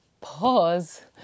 pause